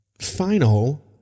final